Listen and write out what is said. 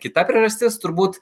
kita priežastis turbūt